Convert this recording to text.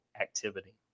activity